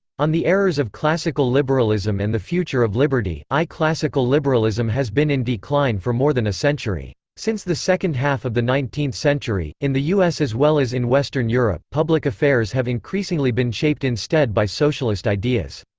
on the errors of classical liberalism and the future of liberty. i. classical liberalism has been in decline for more than a century. since the second half of the nineteenth century, in the u s. as well as in western europe, public affairs have increasingly been shaped instead by socialist ideas.